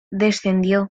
descendió